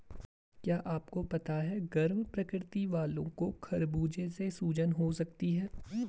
क्या आपको पता है गर्म प्रकृति वालो को खरबूजे से सूजन हो सकती है?